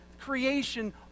creation